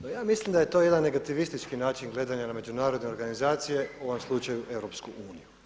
No ja mislim da je to jedan negativistički način gledana na međunarodne organizacije u ovom slučaju EU.